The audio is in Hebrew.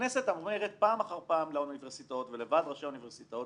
והכנסת אומרת פעם אחר פעם לאוניברסיטאות ולוועד ראשי האוניברסיטאות,